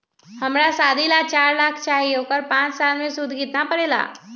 हमरा शादी ला चार लाख चाहि उकर पाँच साल मे सूद कितना परेला?